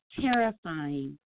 terrifying